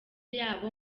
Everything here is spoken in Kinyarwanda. yabo